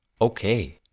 Okay